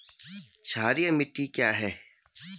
क्षारीय मिट्टी क्या है?